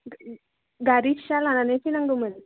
गारि फिसा लानानै फैनांगौमोन